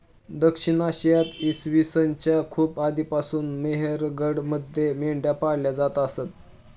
दक्षिण आशियात इसवी सन च्या खूप आधीपासून मेहरगडमध्ये मेंढ्या पाळल्या जात असत